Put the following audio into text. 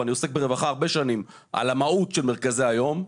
ואני עוסק ברווחה הרבה שנים על המהות של מרכזי היום.